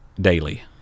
daily